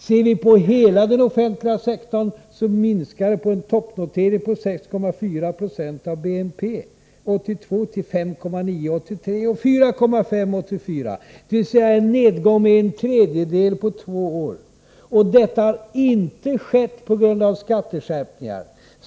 Ser man på hela den offentliga sektorn, finner man att det skett en minskning från toppnoteringen 1982 på 6,4 96 av BNP till 5,9 26 år 1983 och 4,5 Jo år 1984, dvs. en nedgång med en tredjedel på två år. Detta har inte skett på grund av skatteskärpningar.